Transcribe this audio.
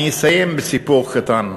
אני אסיים בסיפור קטן.